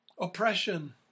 oppression